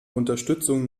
unterstützung